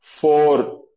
four